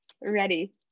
Ready